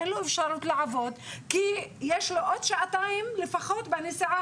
אין לו אפשרות לעבוד כי יש לו עוד שעתיים לפחות בנסיעה